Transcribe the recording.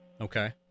Okay